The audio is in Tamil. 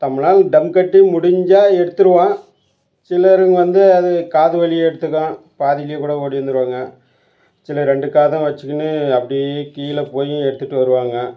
நம்மளால் தம் கட்டி முடிஞ்சால் எடுத்துடுவோம் சிலருங்க வந்து அது காது வலி எடுத்துக்கும் பாதியிலேயே கூட ஓடி வந்துடுவாங்க சிலர் ரெண்டு காதும் வெச்சுக்கின்னு அப்படியே கீழே போய் எடுத்துட்டு வருவாங்க